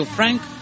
Frank